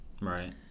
Right